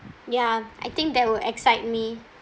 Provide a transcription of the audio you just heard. ya I think that will excite me